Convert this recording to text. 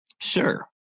sure